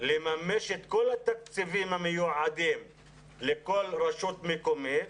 לממש את כל התקציבים המיועדים לכל רשות מקומית,